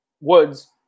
Woods